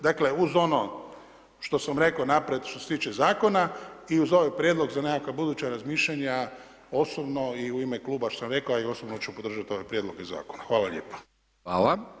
Dakle, uz ono što sam rekao naprijed, što se tiče Zakona, i uz ovaj prijedlog za nekakva buduća razmišljanja, osobno, i u ime Kluba što sam rekao, a i osobno ću podržati ove prijedloge Zakona.